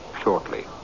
shortly